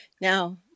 Now